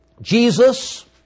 Jesus